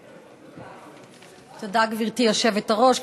תודה, גברתי היושבת-ראש.